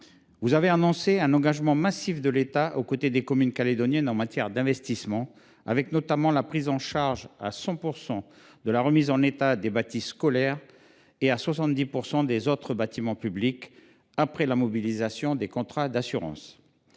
Vous avez annoncé un engagement massif de l’État aux côtés des communes calédoniennes en matière d’investissement, avec notamment la prise en charge à 100 % de la remise en état du bâti scolaire, et à 70 % de celle des autres bâtiments publics, après la mobilisation des contrats d’assurance.